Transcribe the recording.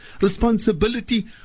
responsibility